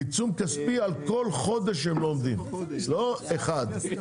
עיצום כספי על כל חודש שהם לא עומדים, לא אחד.